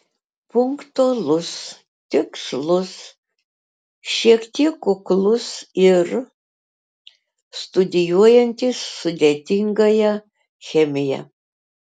punktualus tikslus šiek tiek kuklus ir studijuojantis sudėtingąją chemiją